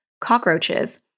cockroaches